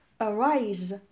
Arise